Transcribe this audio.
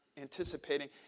anticipating